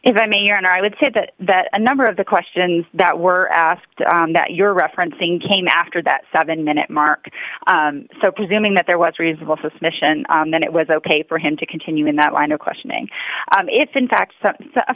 if i may or not i would say that that a number of the questions that were asked that you're referencing came after that seven minute mark so presuming that there was reasonable suspicion then it was ok for him to continue in that line of questioning if in fact a